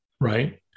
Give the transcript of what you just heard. Right